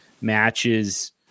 matches